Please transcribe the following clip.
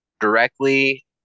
Directly